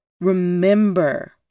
remember